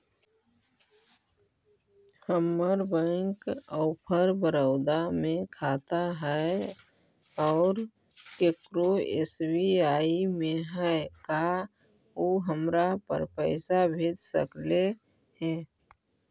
हमर bank of Baroda में खाता है और केकरो एस.बी.आई में है का उ हमरा पर पैसा भेज सकले हे?